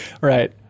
Right